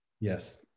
yes